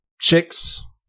chicks